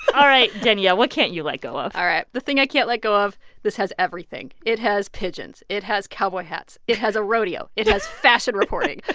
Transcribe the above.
all right. danielle, what can't you let go of? all right. the thing i can't let go of this has everything. it has pigeons. it has cowboy hats. it has a rodeo. it has fashion reporting.